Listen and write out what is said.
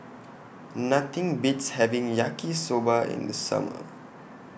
Nothing Beats having Yaki Soba in The Summer